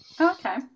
okay